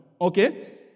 Okay